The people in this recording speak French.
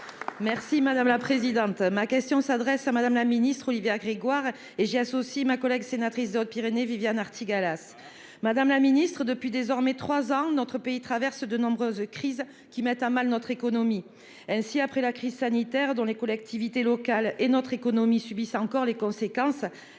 Merci madame la présidente. Ma question s'adresse à Madame, la ministre Olivia Grégoire et j'y associe ma collègue sénatrice Hautes-Pyrénées Viviane Artigalas. Madame la Ministre depuis désormais 3 ans notre pays traverse de nombreuses crises qui mettent à mal notre économie. Ainsi, après la crise sanitaire dans les collectivités locales et notre économie subissent encore les conséquences.